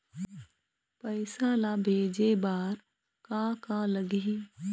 पैसा ला भेजे बार का का लगही?